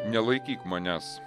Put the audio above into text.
nelaikyk manęs